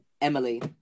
Emily